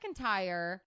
McIntyre